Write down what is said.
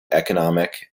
economic